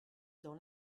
dans